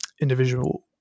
individual